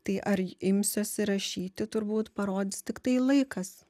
tai ar imsiuosi rašyti turbūt parodys tiktai laikas